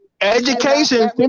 Education